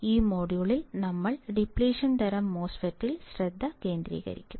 ഈ മൊഡ്യൂളിൽ നമ്മൾ ഡിപ്ലിഷൻ തരം മോസ്ഫെറ്റിൽ ശ്രദ്ധ കേന്ദ്രീകരിക്കും